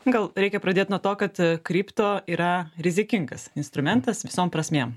gal reikia pradėt nuo to kad kripto yra rizikingas instrumentas visom prasmėm